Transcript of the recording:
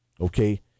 okay